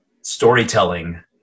storytelling